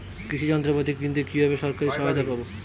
কৃষি যন্ত্রপাতি কিনতে কিভাবে সরকারী সহায়তা পাব?